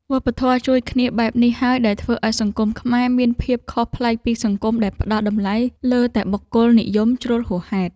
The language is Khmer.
វប្បធម៌ជួយគ្នាបែបនេះហើយដែលធ្វើឱ្យសង្គមខ្មែរមានភាពខុសប្លែកពីសង្គមដែលផ្តល់តម្លៃលើតែបុគ្គលនិយមជ្រុលហួសហេតុ។